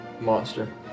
monster